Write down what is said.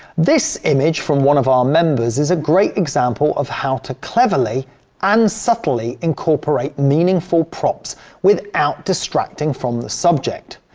this image from one of our members is a great example of how to cleverly and um subtly incorporate meaningful props without distracting from the subject.